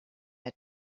had